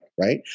Right